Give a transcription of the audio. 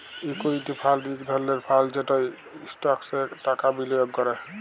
equity fund ইক ধরলের fund যেট ইস্টকসে টাকা বিলিয়গ ক্যরে